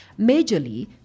Majorly